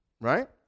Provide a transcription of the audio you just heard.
right